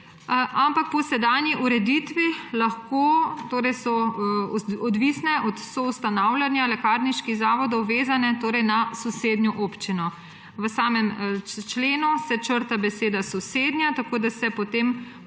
Ampak po sedanji ureditvi so odvisne od soustanavljanja lekarniških zavodov, vezane torej na sosednjo občino. V samem členu se črta beseda sosednja tako, da se potem pušča